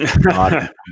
God